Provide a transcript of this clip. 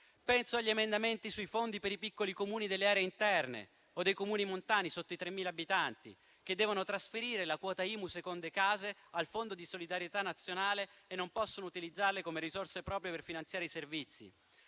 Penso agli emendamenti sui fondi per i piccoli Comuni delle aree interne o dei Comuni montani sotto i 3.000 abitanti, che devono trasferire le quote dell'IMU sulle seconde case al Fondo di solidarietà nazionale e non possono utilizzarle come risorse proprie per finanziare i servizi.